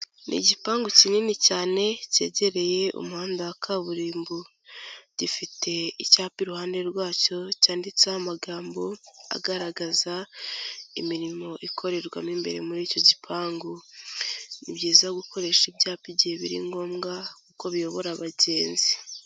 Ni igipangu kinini cyane, cyegereye umuhanda wa kaburimbo, gifite icyapa iruhande rwacyo cyanditseho amagambo agaragaza imirimo ikorerwa mo imbere muri icyo gipangu, ni byiza gukoresha ibyapa igihe biri ngombwa kuko biyobora abagenzi.